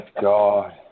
God